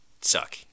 suck